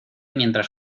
mientras